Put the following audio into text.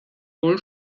wohl